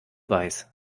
weiß